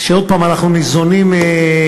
ועוד הפעם, אנחנו ניזונים מהחיים.